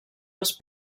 els